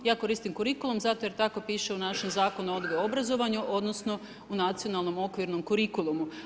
Ja koristim kurikulum zato jer tako piše u našem Zakonu o odgoju i obrazovanju, odnosno nacionalnom okvirnom kurikulumu.